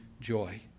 joy